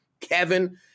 Kevin